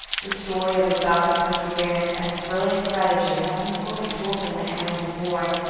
the story of his dogged perseverance and his brilliant strategy has been fully told in the annals of war.